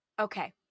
okay